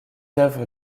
œuvres